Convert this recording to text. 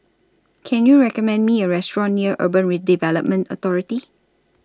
Can YOU recommend Me A Restaurant near Urban Redevelopment Authority